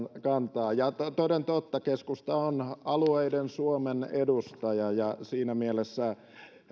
kantaa ja toden totta keskusta on alueiden suomen edustaja ja siinä mielessä